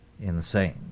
insane